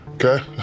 Okay